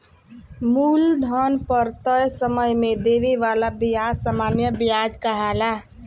मूलधन पर तय समय में देवे वाला ब्याज सामान्य व्याज कहाला